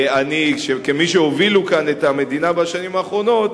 כמי שהובילו כאן את המדינה בשנים האחרונות,